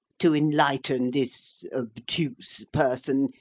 to enlighten this obtuse person,